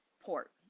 port